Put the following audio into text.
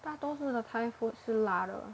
大多数的 Thai food 是辣的